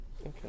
Okay